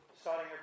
starting